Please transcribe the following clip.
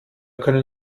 können